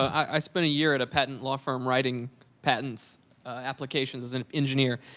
i spent a year at a patent law firm writing patents applications as an engineer.